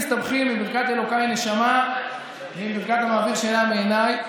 "ברכת אלוקיי נשמה" ועם "ברכת המעביר שינה מעיניי".